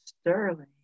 Sterling